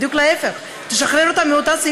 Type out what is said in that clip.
בדיוק להפך תשחרר אותה מאותו סעיף